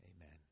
amen